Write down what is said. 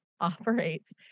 operates